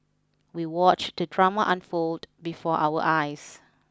we watched the drama unfold before our eyes